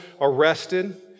arrested